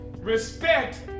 Respect